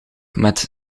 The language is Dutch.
met